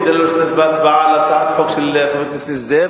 כדי לא להשתתף בהצבעה על הצעת החוק של חבר הכנסת נסים זאב?